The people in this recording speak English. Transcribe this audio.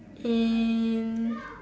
and